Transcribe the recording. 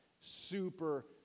Super